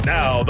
Now